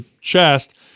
chest